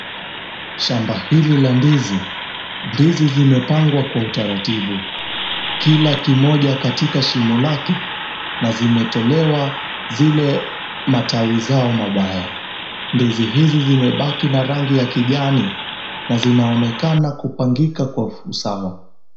Shamba hili la ndizi. Ndizi zimepangwa kwa utaratibu. Kila kimoja katika shimo lake na zimetolewa zile matawi zao mabaya. Ndizi hizi hizi zimebaki na rangi ya kijani na zinaonekana kupangika kwa usawa.